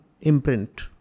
imprint